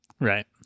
Right